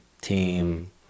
team